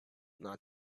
not